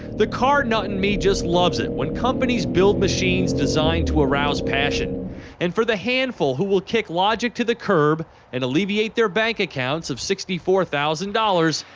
the car nut in me just loves it when companies build machines designed to arouse passion and for the handful who will kick logic to the curb and alleviate their back accounts of sixty four thousand dollars,